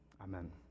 Amen